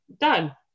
done